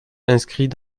inscrits